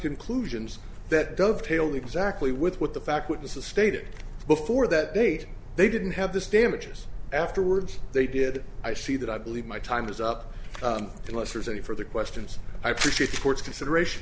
conclusions that dovetail exactly with what the fact witnesses stated before that date they didn't have this damages afterwards they did i see that i believe my time is up unless there's any further questions i appreciate sports consideration